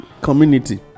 community